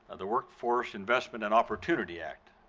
the workforce investment and opportunity act.